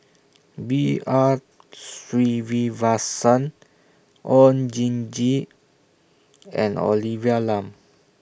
B R Sreenivasan Oon Jin Gee and Olivia Lum